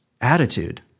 attitude